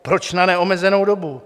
Proč na neomezenou dobu?